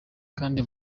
kandi